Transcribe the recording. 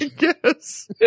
Yes